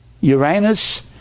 Uranus